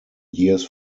years